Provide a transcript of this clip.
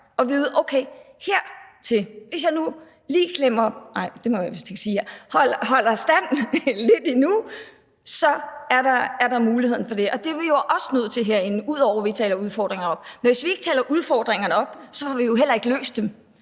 og vide, at hvis man nu lige holder stand lidt endnu, så er der nogle muligheder. Det er vi jo også nødt til herinde, ud over at vi taler udfordringerne op, for hvis vi ikke taler udfordringerne op, får vi jo heller ikke løst dem.